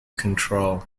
control